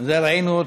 ראינו מסכת,